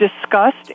discussed